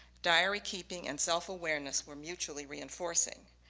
diary-keeping and self-awareness were mutually reinforcing.